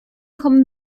kommen